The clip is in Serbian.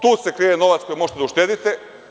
Tu se krije novac koji možete da uštedite.